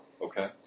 Okay